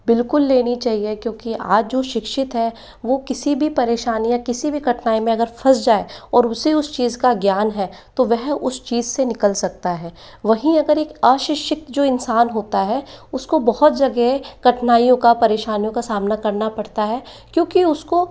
बिल्कुल लेनी चाहिए क्योंकि आज जो शिक्षित है वो किसी भी परेशानी या किसी भी कठिनाई में अगर फस जाए और उसे उस चीज का ज्ञान है तो वह उस चीज़ से निकल सकता है वहीं अगर एक अशिक्षित जो इंसान होता है उसको बहुत जगह कठिनाइयों का परेशानियों का सामना करना पड़ता है क्योंकि उसको